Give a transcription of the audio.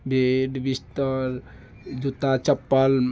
bed बिस्तर जुत्ता चप्पल